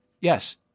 Yes